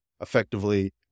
effectively